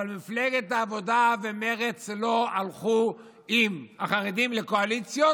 אבל מפלגת העבודה ומרצ לא הלכו עם החרדים לקואליציות,